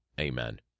amen